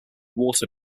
water